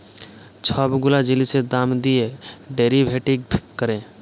ছব গুলা জিলিসের দাম দিঁয়ে ডেরিভেটিভ ক্যরে